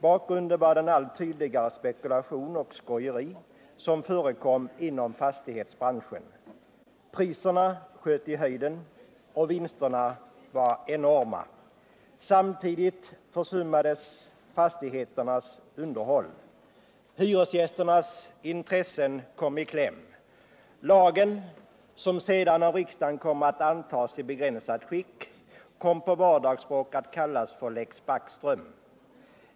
Bakgrunden var den allt tydligare spekulation och det skojeri som förekom inom fastighetsbranschen. Priserna sköt i höjden, och vinsterna var enorma. Samtidigt försummades fastigheternas underhåll. Hyresgästernas intressen kom i kläm. Lagen — som sedan kom att antas i begränsat skick av riksdagen — kom på vardagsspråk att kallas för Lex Backström.